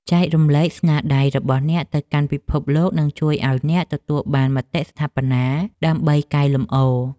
ចែករំលែកស្នាដៃរបស់អ្នកទៅកាន់ពិភពលោកនឹងជួយឱ្យអ្នកទទួលបានមតិស្ថាបនាដើម្បីកែលម្អ។